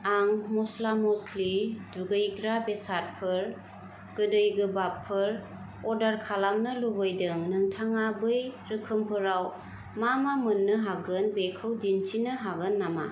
आं मस्ला मस्लि दुगैग्रा बेसादफोर गोदै गोबाबफोर अर्डार खालामनो लुबैदों नोंथाङा बै रोखोमफोराव मा मा मोन्नो हागोन बेखौ दिन्थिनो हागोन नामा